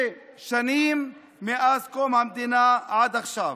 שנים מאז קום המדינה ועד עכשיו.